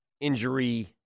injury